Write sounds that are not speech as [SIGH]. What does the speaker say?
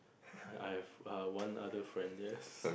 [NOISE] I have err one other friend yes